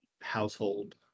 household